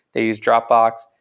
they use dropbox.